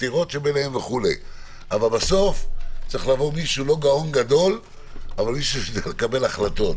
אבל בסוף צריך לבוא מי שלא גאון גדול אבל לקבל החלטות.